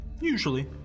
Usually